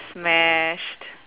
smashed